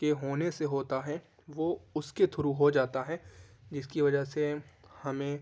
کے ہونے سے ہوتا ہے وہ اس کے تھرو ہو جاتا ہے جس کی وجہ سے ہمیں